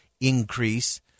increase